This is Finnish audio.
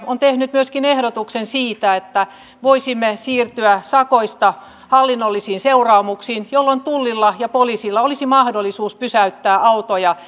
on tehnyt myöskin ehdotuksen siitä että voisimme siirtyä sakoista hallinnollisiin seuraamuksiin jolloin tullilla ja poliisilla olisi mahdollisuus pysäyttää autoja